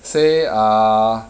say err